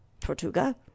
Tortuga